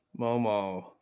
momo